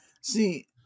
See